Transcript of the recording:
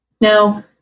Now